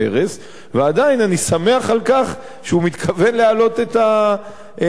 ועדיין אני שמח על כך שהוא מתכוון להעלות את הנושא הזה.